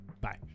Bye